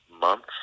months